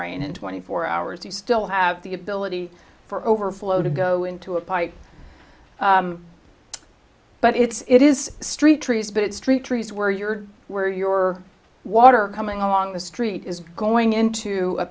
rain in twenty four hours you still have the ability for overflow to go into a pipe but it's it is street trees but it's street trees where your where your water coming along the street is going into a